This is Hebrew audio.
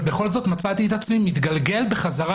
אבל בכל זאת מצאתי את עצמי מתגלגל חזרה